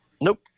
Nope